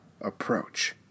approach